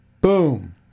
Boom